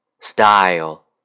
style